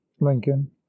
lincoln